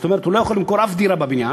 זאת אומרת שהוא לא יכול למכור אף דירה בבניין,